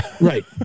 Right